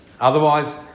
Otherwise